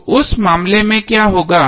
तो उस मामले में क्या होगा